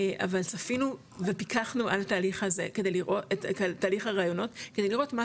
אבל צפינו ופיקחנו על תהליך הראיונות כדי לראות מה